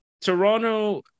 Toronto